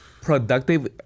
productive